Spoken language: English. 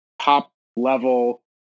top-level